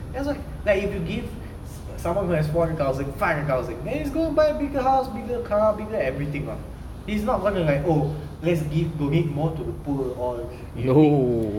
that's why like you have to give someone who has four hundred thousand five hundred thousand then he's going to buy a bigger house bigger car bigger everything ah he's not gonna like oh let's give donate more to the poor all you think